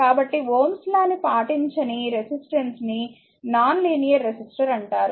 కాబట్టిΩ's లాΩ's lawని పాటించని రెసిస్టెన్స్ ని నాన్ లినియర్ రెసిస్టర్ అంటారు